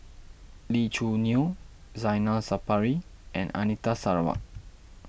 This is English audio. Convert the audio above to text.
Lee Choo Neo Zainal Sapari and Anita Sarawak